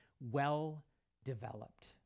well-developed